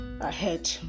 ahead